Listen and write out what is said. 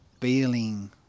feeling